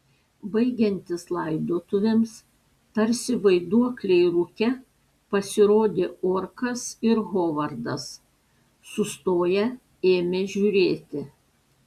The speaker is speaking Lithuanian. baigiantis laidotuvėms tarsi vaiduokliai rūke pasirodė orkas ir hovardas sustoję ėmė žiūrėti